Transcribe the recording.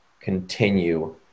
continue